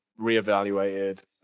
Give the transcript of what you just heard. reevaluated